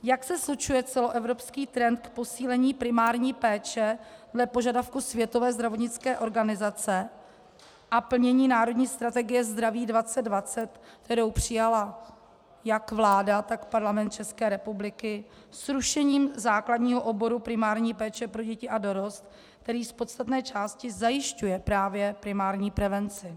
Jak se slučuje celoevropský trend k posílení primární péče dle požadavku Světové zdravotnické organizace a plnění národní strategie zdraví 2020, kterou přijala jak vláda, tak Parlament České republiky, s rušením základního oboru primární péče pro děti a dorost, který z podstatné části zajišťuje právě primární prevenci?